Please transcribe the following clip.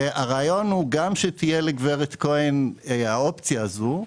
הרעיון הוא גם שתהיה לגברת כהן האופציה הזאת,